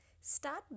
Start